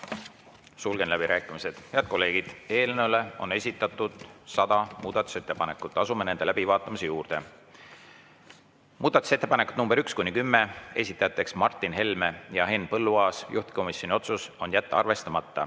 Sulgen läbirääkimised. Head kolleegid! Eelnõu kohta on esitatud 100 muudatusettepanekut. Asume nende läbivaatamise juurde. Muudatusettepanekud nr 1–10, esitajad Martin Helme ja Henn Põlluaas. Juhtivkomisjoni otsus on jätta arvestamata